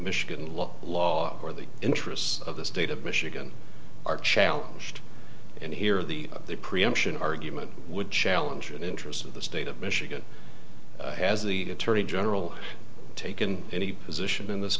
michigan law law or the interests of the state of michigan are challenged and here the preemption argument would challenge an interest of the state of michigan has the attorney general taken any position in this